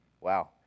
Wow